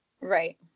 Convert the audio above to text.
Right